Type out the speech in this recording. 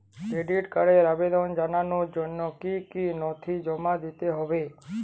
Credit কার্ডের আবেদন জানানোর জন্য কী কী নথি জমা দিতে হবে?